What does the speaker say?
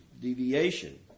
deviation